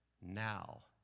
now